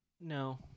no